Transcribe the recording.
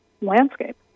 landscape